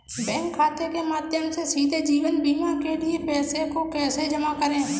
Bank खाते के माध्यम से सीधे जीवन बीमा के लिए पैसे को कैसे जमा करें?